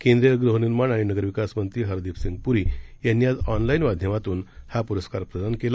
केंद्रीयगृहनिर्माणआणिनगरविकासमंत्रीहरदीपसिंगपुरीयांनीआजऑनलाईनमाध्यमातूनहा पुरस्कारप्रदानकेला